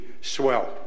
swell